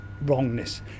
wrongness